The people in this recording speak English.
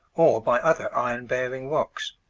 or by other iron-bearing rocks.